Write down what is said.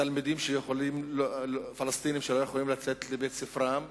תלמידים פלסטינים שלא יכולים לצאת לבית-ספרם,